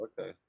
Okay